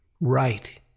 Right